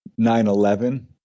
9-11